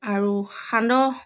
আৰু সান্দহ